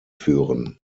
führen